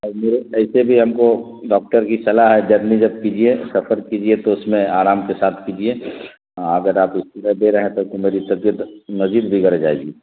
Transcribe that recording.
اور میرے ایسے بھی ہم کو ڈاکٹر کی صلاح ہے جرنی جب کیجیے سفر کیجیے تو اس میں آرام کے ساتھ کیجیے اگر آپ اس طرح دے رہے ہیں تو میری طبیعت مزید بگڑ جائے گی